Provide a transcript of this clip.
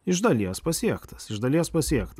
iš dalies pasiektas iš dalies pasiekta